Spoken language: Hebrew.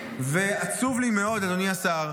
ועצוב לי מאוד, אדוני השר.